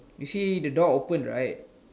you see the door open right